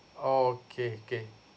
okay okay